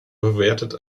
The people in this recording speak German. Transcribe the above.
bewertet